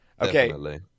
okay